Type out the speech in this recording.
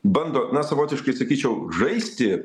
bando na savotiškai sakyčiau žaisti